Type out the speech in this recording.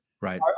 Right